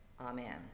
Amen